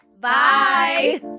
Bye